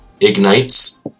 ignites